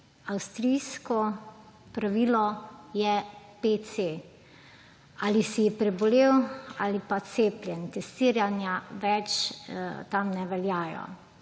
Avstrijsko pravilo je PC, ali si prebolel ali pa si cepljen. Testiranja več tam ne veljajo